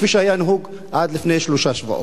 כפי שהיה נהוג עד לפני שלושה שבועות.